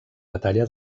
batalla